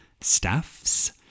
staffs